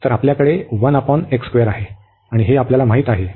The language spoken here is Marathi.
तर आपल्याकडे आहे आणि हे आपल्याला माहित आहे